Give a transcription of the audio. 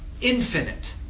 infinite